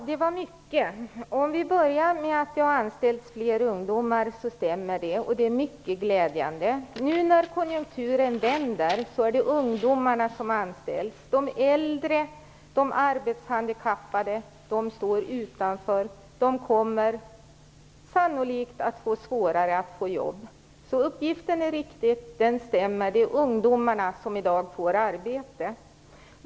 Herr talman! Det var mycket. Det stämmer att fler ungdomar har anställts, och det är mycket glädjande. Nu när konjunkturen vänder är det ungdomarna som anställs. De äldre, de arbetshandikappade står utanför. De kommer sannolikt att få svårare att få jobb. Uppgiften är alltså riktig, det är ungdomarna som i dag får arbete.